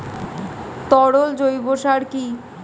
তরল জৈব সার কি?